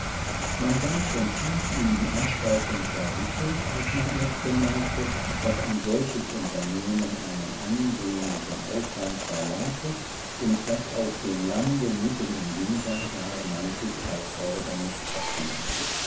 man war schon tief in die anstalten verwickelt als man erst bemerkte daß ein solches unternehmen einen ansehnlichen aufwand verlangte und daß auf dem lande mitten im winter gar manches erfordernis abging